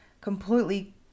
Completely